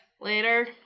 later